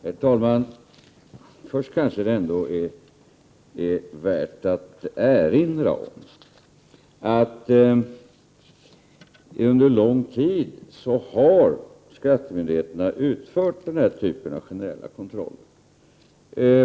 Herr talman! Först kanske det ändå är värt att erinra om att skattemyndigheterna under lång tid har utfört denna typ av generella kontroller.